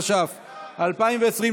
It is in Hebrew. התש"ף 2020,